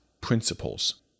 principles